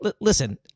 listen